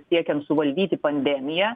siekiant suvaldyti pandemiją